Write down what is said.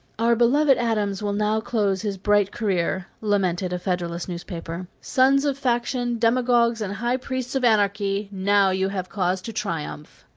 our beloved adams will now close his bright career, lamented a federalist newspaper. sons of faction, demagogues and high priests of anarchy, now you have cause to triumph!